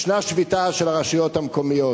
ישנה שביתה של הרשויות המקומיות.